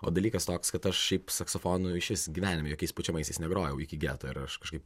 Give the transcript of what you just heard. o dalykas toks kad aš šiaip saksofonu iš vis gyvenime jokiais pučiamaisiais negrojau iki geto ir aš kažkaip